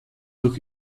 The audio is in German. durch